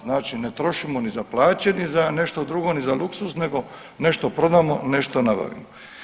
Znači ne trošimo ni za plaće, ni za nešto drugo, ni za luksuz nego nešto prodamo, nešto nabavimo.